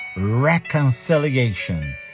reconciliation